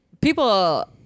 people